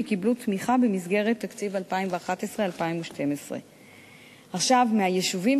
שקיבלו תמיכה במסגרת תקציב 2011 2012. מהיישובים